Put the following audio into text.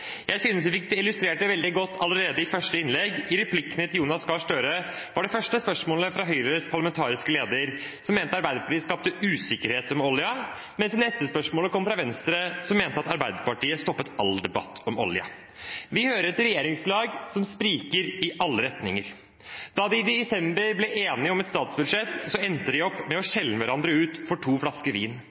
Jeg synes vi fikk det illustrert veldig godt allerede etter første innlegg. I replikkene til Jonas Gahr Støre var det første spørsmålet fra Høyres parlamentariske leder, som mente Arbeiderpartiet skapte usikkerhet om olje, mens det neste spørsmålet kom fra Venstre, som mente at Arbeiderpartiet stoppet all debatt om olje. Vi hører et regjeringslag som spriker i alle retninger. Da de i desember ble enige om et statsbudsjett, endte de opp med å skjelle hverandre ut for to flasker vin.